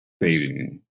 fading